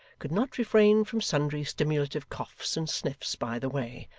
could not refrain from sundry stimulative coughs and sniffs by the way,